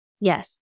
Yes